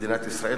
מדינת ישראל,